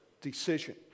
decision